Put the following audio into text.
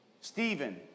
Stephen